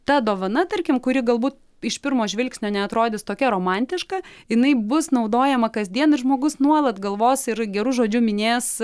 ta dovana tarkim kuri galbūt iš pirmo žvilgsnio neatrodys tokia romantiška jinai bus naudojama kasdien ir žmogus nuolat galvos ir geru žodžiu minės